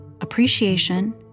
appreciation